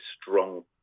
strong